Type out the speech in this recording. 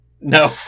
No